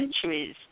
centuries